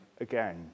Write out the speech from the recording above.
again